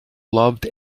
loved